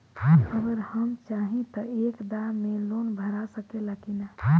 अगर हम चाहि त एक दा मे लोन भरा सकले की ना?